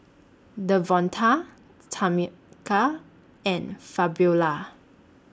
Devonta Tamica and Fabiola